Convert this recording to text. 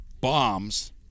bombs